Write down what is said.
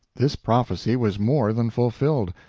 this prophecy was more than fulfilled.